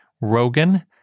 Rogan